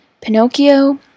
Pinocchio